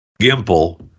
gimple